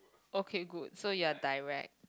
okay good so you're direct